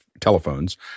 telephones